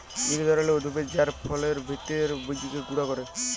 ইক ধরলের উদ্ভিদ যার ফলের ভিত্রের বীজকে গুঁড়া ক্যরে